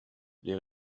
les